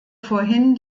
vorhin